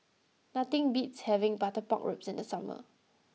nothing beats having Butter Pork Ribs in the summer